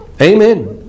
Amen